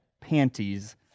panties